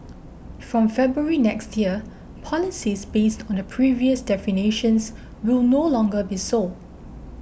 from February next year policies based on the previous definitions will no longer be sold